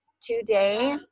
today